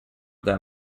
that